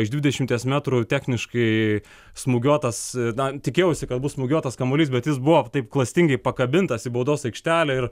iš dvidešimties metrų techniškai smūgiuotas na tikėjausi kad bus smūgiuotas kamuolys bet jis buvo taip klastingai pakabintas į baudos aikštelę ir